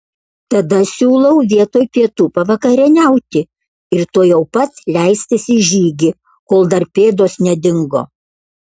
tada siūlau vietoj pietų pavakarieniauti ir tuojau pat leistis į žygį kol dar pėdos nedingo